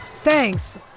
Thanks